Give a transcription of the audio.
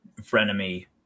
frenemy